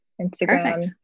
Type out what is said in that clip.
Instagram